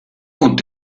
und